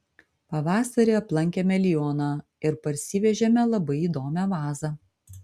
pavasarį aplankėme lioną ir parsivežėme labai įdomią vazą